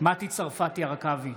מטי צרפתי הרכבי,